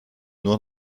nur